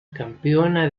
campeona